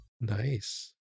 nice